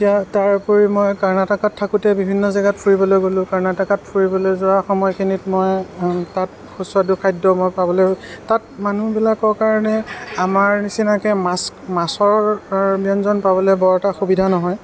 তাৰ উপৰি মই কৰ্ণাটকাত থাকোঁতে বিভিন্ন জেগাত ফুৰিবলৈ গ'লোঁ কৰ্ণাটকত ফুৰিবলৈ যোৱা সময়খিনিত মই তাত সুস্বাদু খাদ্য মই পাবলৈ তাত মানুহবিলাকৰ কাৰণে আমাৰ নিচিনাকৈ মাছ মাছৰ ব্যঞ্জন পাবলৈ বৰ এটা সুবিধা নহয়